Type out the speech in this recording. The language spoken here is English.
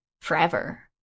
forever